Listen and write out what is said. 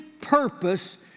purpose